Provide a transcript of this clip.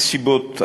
יש סיבות,